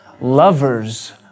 Lovers